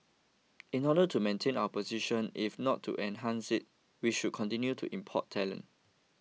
in order to maintain our position if not to enhance it we should continue to import talent